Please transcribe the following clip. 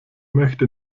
möchte